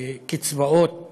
לקצבאות